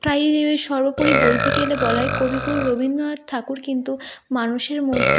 প্রায়ই এই সর্বোপরি বলতে গেলে বলা হয় কবিগুরু রবীন্দ্রনাথ ঠাকুর কিন্তু মানুষের মধ্যে